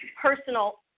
personal